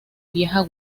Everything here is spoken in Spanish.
vieja